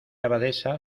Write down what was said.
abadesa